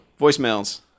Voicemails